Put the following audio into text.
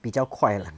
比较快 lah